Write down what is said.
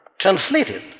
Translated